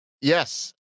yes